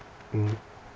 mmhmm